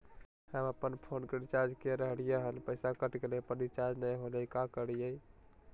हम अपन फोन के रिचार्ज के रहलिय हल, पैसा कट गेलई, पर रिचार्ज नई होलई, का करियई?